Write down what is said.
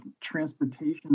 transportation